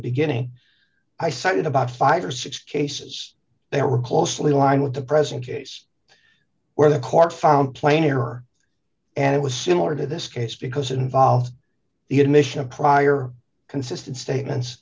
beginning i cited about five or six cases they were closely aligned with the present case where the court found player and it was similar to this case because it involves the admission of prior consistent statements